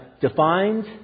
defined